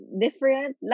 Different